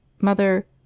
Mother